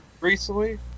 Recently